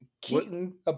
Keaton